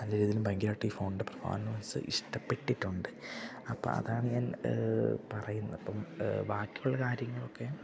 നല്ല രീതില് ഭയങ്കരമായിട്ട് ഈ ഫോണിൻ്റെ പെർഫോർമൻസ് ഇഷ്ടപ്പെട്ടിട്ടൊണ്ട് അപ്പ അതാണ് ഞാൻ പറയുന്ന അപ്പം ബാക്കിയുള്ള കാര്യങ്ങളൊക്കെ